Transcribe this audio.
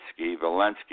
Valensky